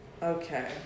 Okay